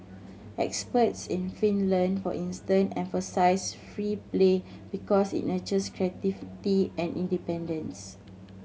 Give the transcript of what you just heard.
experts in Finland for instance emphasise free play because it nurtures creativity and independence